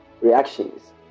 reactions